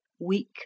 week